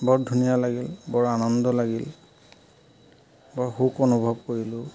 বৰ ধুনীয়া লাগিল বৰ আনন্দ লাগিল বৰ সুখ অনুভৱ কৰিলোঁ